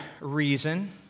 reason